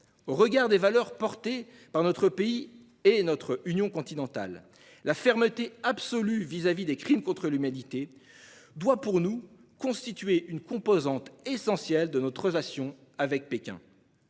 tenu des valeurs portées par notre pays et notre union continentale, la fermeté absolue vis-à-vis des crimes contre l'humanité doit à nos yeux constituer une composante essentielle de notre relation avec Pékin.